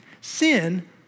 Sin